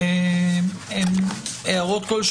יש הערות?